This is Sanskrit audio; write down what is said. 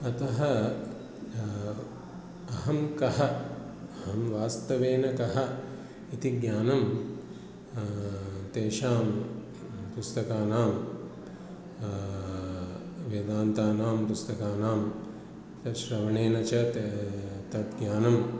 अतः अहं कः अहं वास्तवेन कः इति ज्ञानं तेषां पुस्तकानां वेदान्तानां पुस्तकानां तत् श्रवणेन च तत् तत् ज्ञानम्